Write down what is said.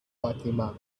fatima